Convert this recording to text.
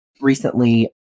recently